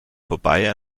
vorbei